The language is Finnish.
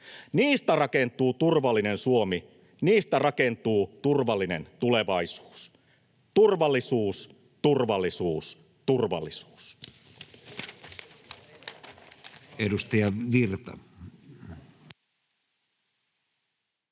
Niistä rakentuu turvallinen Suomi. Niistä rakentuu turvallinen tulevaisuus. Turvallisuus, turvallisuus, turvallisuus.